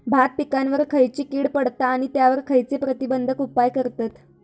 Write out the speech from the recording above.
भात पिकांवर खैयची कीड पडता आणि त्यावर खैयचे प्रतिबंधक उपाय करतत?